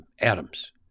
Adam's